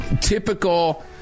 Typical